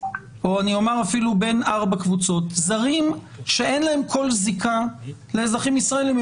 או אפילו בין ארבע קבוצות: זרים שאין להם כל זיקה לאזרחים ישראלים,